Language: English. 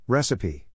Recipe